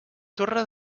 torre